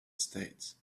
states